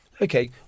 Okay